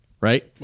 right